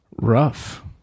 Rough